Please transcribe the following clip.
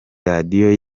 radiyo